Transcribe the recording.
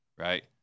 right